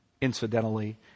incidentally